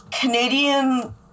Canadian